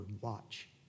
watch